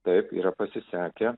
taip yra pasisekę